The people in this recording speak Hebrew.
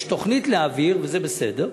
יש תוכנית להעביר, וזה בסדר.